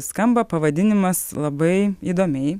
skamba pavadinimas labai įdomiai